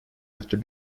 after